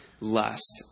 lust